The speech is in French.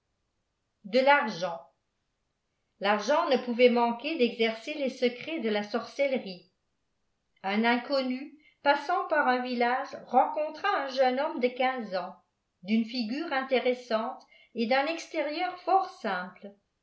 del argent l'argent ne pouvait manquer d'exercer jes secrète de la sorcellerie up inconnu passant par in village renoontra un jeune homme j p q uinze an d'une liguiè intéressante et d'un extérieur fort iimplp